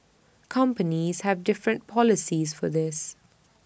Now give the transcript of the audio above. companies have different policies for this